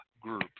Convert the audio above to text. group